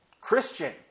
Christian